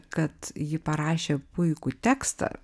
kad ji parašė puikų tekstą